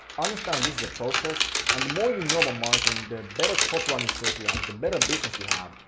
understand this is a process, and the more you know about marketing, the better copywriting skills you have, the better business you have,